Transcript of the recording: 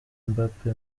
mbappe